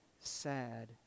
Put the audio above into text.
sad